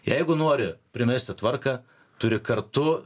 jeigu nori primesti tvarką turi kartu